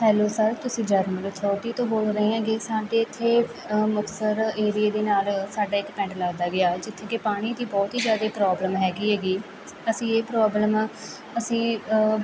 hello sir ਤੁਸੀਂ ਜਲ authority ਤੋਂ ਬੋਲ ਰਹੇ ਹਾਗੇ ਸਾਡੇ ਇੱਥੇ ਮੁਕਤਸਰ ਏਰੀਏ ਦੇ ਨਾਲ ਸਾਡਾ ਇੱਕ ਪਿੰਡ ਲੱਗਦਾ ਗਿਆ ਜਿੱਥੇ ਕਿ ਪਾਣੀ ਦੀ ਬਹੁਤ ਹੀ ਜ਼ਿਆਦਾ ਪ੍ਰੋਬਲਮ ਹੈਗੀ ਹੈਗੀ ਅਸੀਂ ਇਹ ਪ੍ਰੋਬਲਮ ਅਸੀਂ